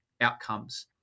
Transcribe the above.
outcomes